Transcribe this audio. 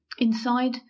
Inside